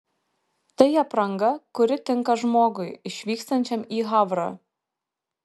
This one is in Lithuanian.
tai apranga kuri tinka žmogui išvykstančiam į havrą